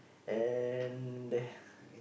and there